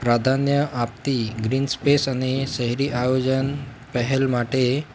પ્રાધાન્ય આપતી green space અને શહેરી આયોજન પહેલ માટે